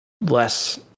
less